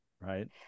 Right